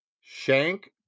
Shank